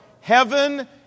heaven